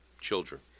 Children